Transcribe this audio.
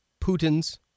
Putin's